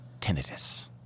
Tinnitus